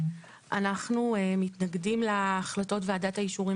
אנחנו מתנגדים לסעיף קטן (ג) - החלטות ועדת האישורים